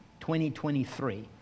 2023